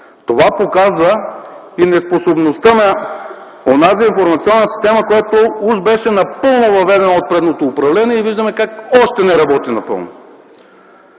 Това показва и неспособността на онази информационна система, която уж беше напълно въведена от предното управление и виждаме как още не работи напълно.